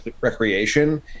Recreation